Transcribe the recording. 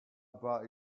brought